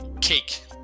Cake